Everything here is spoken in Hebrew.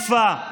מקיפה,